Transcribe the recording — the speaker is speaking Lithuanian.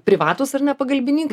privatūs ar ne pagalbininkai